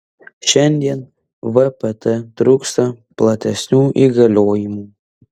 šiandien vpt trūksta platesnių įgaliojimų